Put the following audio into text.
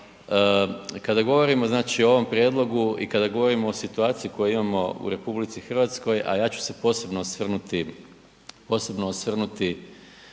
Kada govorimo o ovom prijedlogu i kada govorimo o situaciji koju imamo u RH, a ja ću se posebno osvrnuti